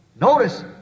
Notice